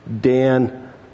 Dan